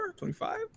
25